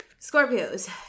Scorpios